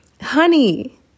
honey